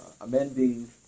amending